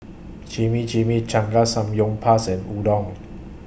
Chimichangas Samgyeopsal and Udon